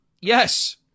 Yes